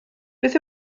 beth